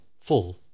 full